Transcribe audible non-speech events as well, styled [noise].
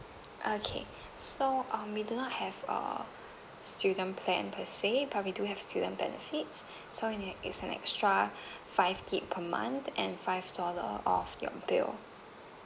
okay so um we do not have a student plan per se but we do have student benefits [breath] so it an it's an extra [breath] five gig per month and five dollar uh off your bill